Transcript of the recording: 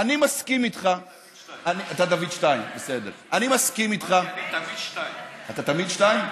אני תמיד 2. אתה תמיד 2?